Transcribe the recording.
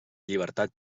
llibertat